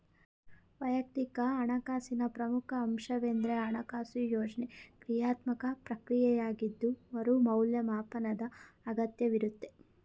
ವೈಯಕ್ತಿಕ ಹಣಕಾಸಿನ ಪ್ರಮುಖ ಅಂಶವೆಂದ್ರೆ ಹಣಕಾಸು ಯೋಜ್ನೆ ಕ್ರಿಯಾತ್ಮಕ ಪ್ರಕ್ರಿಯೆಯಾಗಿದ್ದು ಮರು ಮೌಲ್ಯಮಾಪನದ ಅಗತ್ಯವಿರುತ್ತೆ